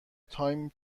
تایم